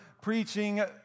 preaching